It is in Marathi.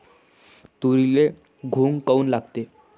तुरीले घुंग काऊन लागते?